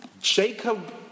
Jacob